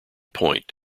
point